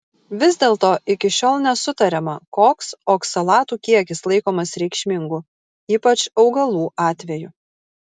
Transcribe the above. vis dėlto iki šiol nesutariama koks oksalatų kiekis laikomas reikšmingu ypač augalų atveju